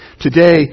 Today